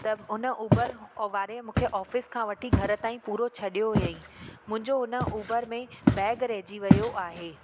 त हुन उबर वारे मूंखे ऑफिस खां वठी घर ताईं पूरो छॾियो हुअईं मुंहिंजो हुन उबर में बैग रहिजी वियो आहे